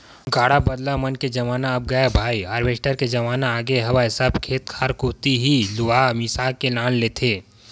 गाड़ा बदला मन के जमाना अब गय भाई हारवेस्टर के जमाना आगे हवय सब खेत खार कोती ही लुवा मिसा के लान देथे